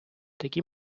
такі